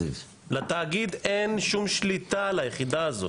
לתאגיד אין שום שליטה על היחידה הזאת.